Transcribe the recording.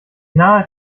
naher